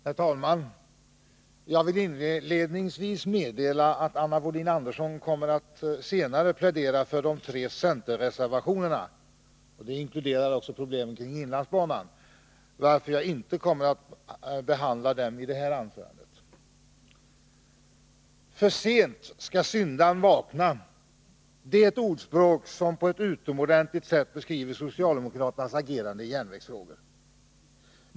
Herr talman! Jag vill inledningsvis meddela att Anna Wohlin-Andersson kommer att plädera för de tre centerreservationerna — som också inkluderar problemen med inlandsbanan — varför jag ej kommer att beröra dessa reservationer i detta anförande. ”För sent skall syndaren vakna.” Det är ett ordspråk som på ett utomordentligt sätt beskriver socialdemokraternas agerande i järnvägsfrågor.